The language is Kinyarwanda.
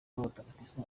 w’abatagatifu